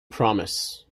promise